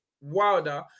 Wilder